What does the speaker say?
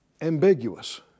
Ambiguous